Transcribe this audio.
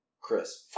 Chris